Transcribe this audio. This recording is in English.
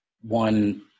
one